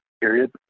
period